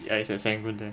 it's at serangoon there